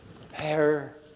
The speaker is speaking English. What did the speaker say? Prepare